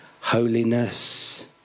Holiness